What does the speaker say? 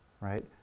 Right